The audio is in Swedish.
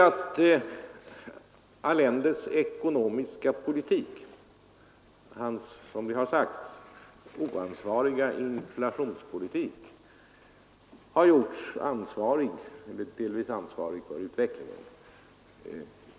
Allendes ekonomiska politik — hans, som det har sagts, oansvariga inflationspolitik — har gjorts delvis ansvarig för utvecklingen.